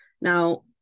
now